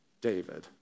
David